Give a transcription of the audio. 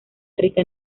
rica